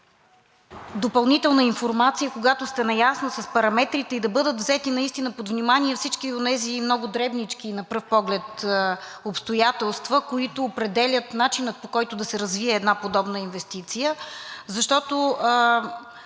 допълнителна информация, когато сте наясно с параметрите, и да бъдат взети под внимание всички онези много дребнички на пръв поглед обстоятелства, които определят начина, по който да се развие една подобна инвестиция.